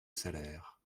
salaire